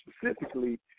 specifically